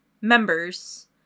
members